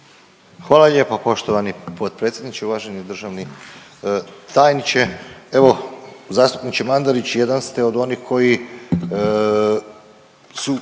Hvala lijepo poštovani potpredsjedniče. Uvaženi državni tajniče. Evo zastupniče Mandarić, jedan ste od onih koji su